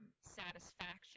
satisfaction